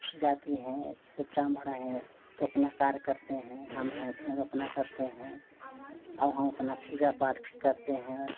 दूसरी जाती हैं जाती हैं जैसे ब्राह्मण हैं तो अपना कार्य करते हैं हम हैं तो हम अपना करते हैं और हम अपना पूजा पाठ भी करते हैं